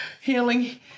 healing